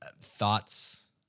thoughts